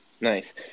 Nice